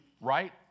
right